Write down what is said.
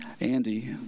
Andy